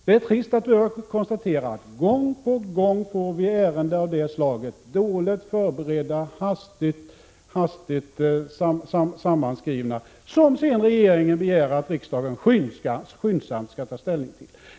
Det är trist att behöva konstatera att riksdagen gång på gång får ärenden av detta slag, som är dåligt förberedda och hastigt sammanskrivna och som regeringen sedan begär att riksdagen skyndsamt skall ta ställning till.